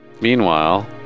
Meanwhile